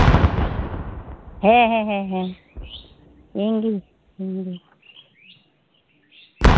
ᱦᱮᱸ ᱦᱮᱸ ᱦᱮᱸ ᱤᱧᱜᱤᱧ ᱞᱟᱹᱭᱮᱫᱟ